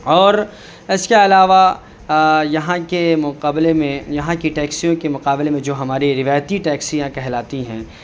اور اس کے علاوہ یہاں کے مقابلے میں یہاں ک ٹیکسیوں کے مقابلے میں جو ہماری روایتی ٹیکسیاں کہلاتی ہیں